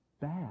bad